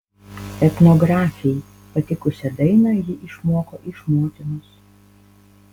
etnografei patikusią dainą ji išmoko iš motinos